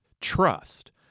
trust